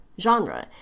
genre